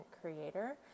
creator